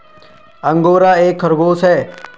angora एक खरगोश है